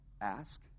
Ask